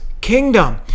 kingdom